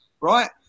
right